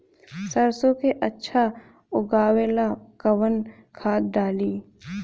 सरसो के अच्छा उगावेला कवन खाद्य डाली?